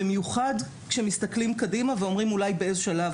במיוחד כאשר מסתכלים קדימה ואומרים שאולי באיזה שלב